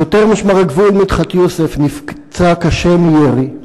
שוטר משמר הגבול מדחת יוסף נפצע קשה מירי.